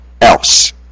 else